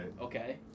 Okay